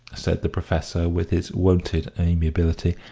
said the professor, with his wonted amiability,